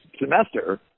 semester